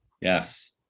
yes